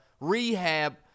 rehab